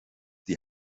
die